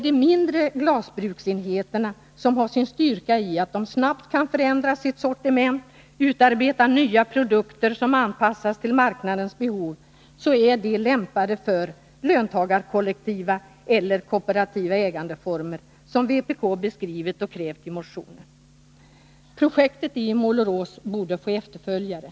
De mindre glasbruksenheterna, som har sin styrka i att de snabbt kan förändra sitt sortiment och utarbeta nya produkter som anpassas till marknadens behov, är lämpade för löntagarkollektiva eller kooperativa ägandeformer, såsom vpk beskrivit och krävt i motionen. Projektet i Målerås borde få efterföljare.